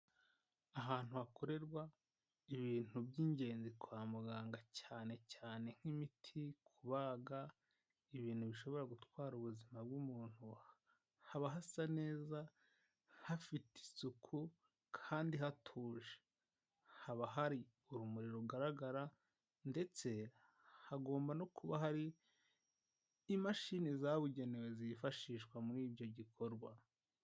Ahantu hakorerwa ibintu by'ingenzi kwa muganga cyane cyane nk'imiti, kubaga ibintu bishobora gutwara ubuzima bw'umuntu. Haba hasa neza, hafite isuku kandi hatuje. haba hari urumuri rugaragara ndetse hagomba no kuba hari imashini zabugenewe zifashishwa muri ibyo gikorwa.